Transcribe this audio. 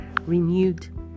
renewed